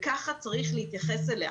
וככה צריך להתייחס אליה.